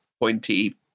pointy